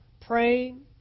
praying